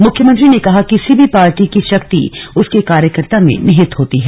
मुख्यमंत्री ने कहा किसी भी पार्टी की शक्ति उसके कार्यकर्ताओं में निहित होती है